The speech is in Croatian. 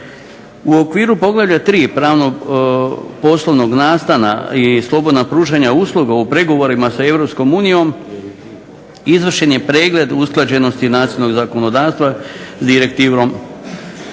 U okviru poglavlja 3. pravnog i poslovnog nastana i slobodnog pružanja usluga u pregovorima sa EU izvršen je pregled usklađenosti nacionalnog zakonodavstva s direktivom